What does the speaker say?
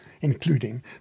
including